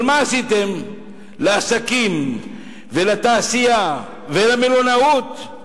מה עשיתם לעסקים ולתעשייה ולמלונאות?